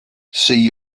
see